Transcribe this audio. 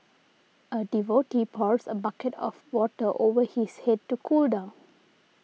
a devotee pours a bucket of water over his head to cool down